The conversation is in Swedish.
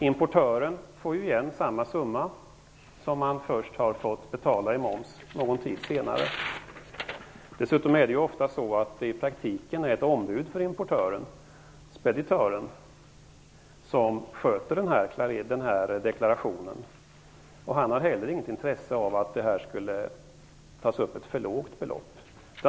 Importören får ju efter någon tid tillbaka den summa som han först har fått betala i moms. Dessutom är det i praktiken ofta ett ombud för importören, speditören, som sköter denna deklaration. Inte heller han har något intresse av att det tas ut ett för lågt belopp.